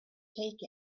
take